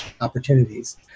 opportunities